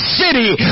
city